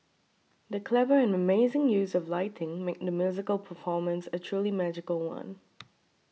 the clever and amazing use of lighting made the musical performance a truly magical one